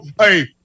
Hey